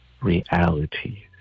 reality